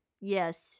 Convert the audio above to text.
Yes